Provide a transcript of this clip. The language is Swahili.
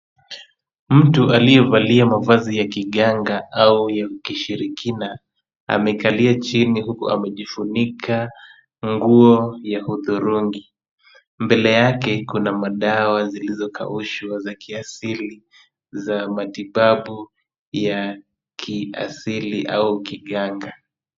Mtu aliyevalia mavazi ya kiganga au ya kishirikina, amekalia chini huku amejifunika nguo ya hudhurungi. Mbele yake kuna madawa zilizokaushwa za kiasili za matibabu ya kiasili au kiganga.